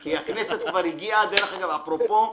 כי הכנסת כבר הגיעה דרך אגב, אפרופו,